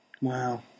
Wow